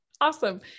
Awesome